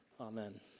Amen